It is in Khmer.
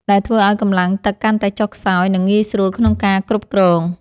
ដែលធ្វើឱ្យកម្លាំងទឹកកាន់តែចុះខ្សោយ និងងាយស្រួលក្នុងការគ្រប់គ្រង។